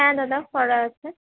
হ্যাঁ দাদা করা আছে